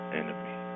enemy